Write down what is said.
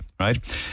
right